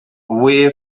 away